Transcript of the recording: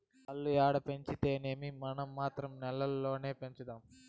ఆల్లు ఏడ పెంచితేమీ, మనం మాత్రం నేల్లోనే పెంచుదాము